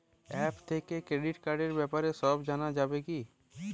App থেকে credit কার্ডর ব্যাপারে সব জানা যাবে কি?